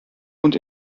und